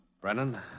Brennan